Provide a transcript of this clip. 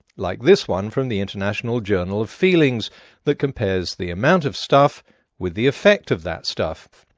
like this one from the international journal of feelings that compares the amount of stuff with the effect of that stuff.